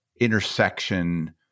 intersection